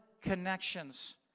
connections